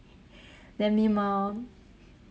then meanwhile